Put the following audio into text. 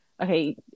okay